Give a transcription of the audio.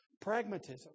pragmatism